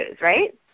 right